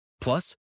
Plus